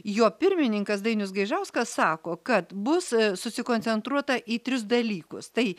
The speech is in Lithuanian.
jo pirmininkas dainius gaižauskas sako kad bus susikoncentruota į tris dalykus tai